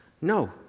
No